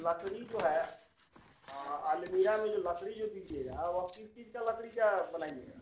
लकड़ी जो है अलमिरा में जो लकड़ी जो दीजिएगा वह किस चीज़ की लकड़ी का बनाइएगा